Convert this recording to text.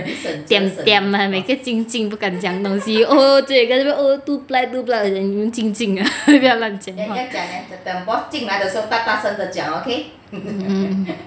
diam diam 每个静静不敢讲东西 oh 在这里 oh two ply two ply 我讲你们静静啊不要乱讲话